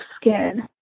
skin